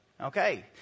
Okay